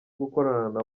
gukorana